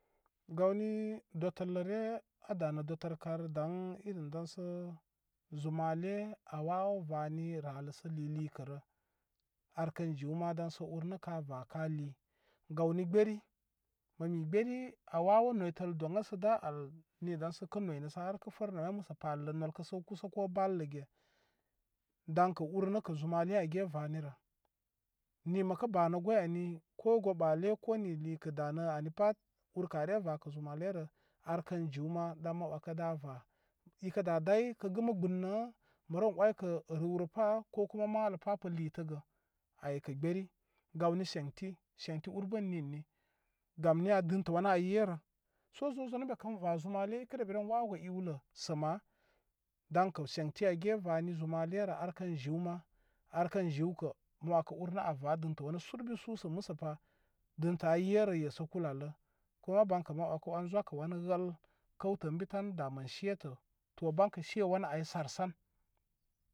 Gawni dotəlləre a danə dotər kar daŋ irin daŋsə zumale a wawə vani rallə sə li likə rə ar kən jiw ma daŋsə urnə ka va ka li gawni gberi mə me gberi awawə noytəl doŋa sə da al ni daŋsə kə roynə arkə fərnə har məsə parə nol kə səw kusa ko balləge daykə urnəkə zumale age vanirə ni məkə banə goy ani ko go ɓale ko gə likə da nə ani pat urkə are vakə zumalerə arkən jiw ma dan ma wəkə da va ikə da day gəmə gbunnə mə rew oykə rewrəpa ko koma maləpa pə litəgə aykə gberi gawni seŋti seŋti ur bə ən ninni gam niya dəmtə wani a yerə so zo zon ən bekən va zumale kə rem ren wawə gə ewlə səma daŋkə seŋti age vani zumalerə ar kən zewma ar kən zewkə mə wəkə urnə an va dəntə wani sulu su sə məsəpa dəntə a yerə yesə kulə allə kuma baykə ma wəkə wən zokə wani wəl kəwtə ən bi mən setə baykə se wani ay sar san.